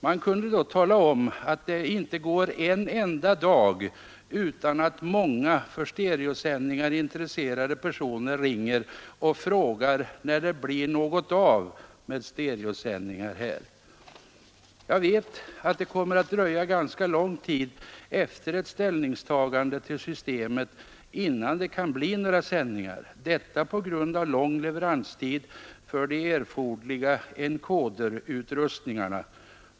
Man har då meddelat att det inte går en enda dag utan att många för stereosändningar intresserade personer ringer och frågar när det blir något av med sådana sändningar här i landet. Jag vet också att det kommer att dröja ganska lång tid efter ett ställningstagande till systemet innan det kan bli fråga om några sändningar, detta på grund av lång leveranstid för de erforderliga encoderutrustningarna.